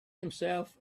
himself